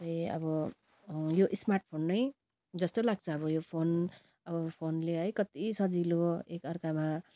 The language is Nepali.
अब यो स्मार्टफोन नै जस्तो लाग्छ अब यो फोन अब फोनले है कति सजिलो एकअर्कामा